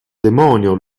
demonio